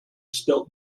spilt